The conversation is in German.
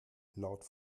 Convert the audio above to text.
laut